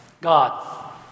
God